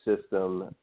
system